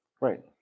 right